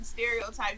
Stereotypes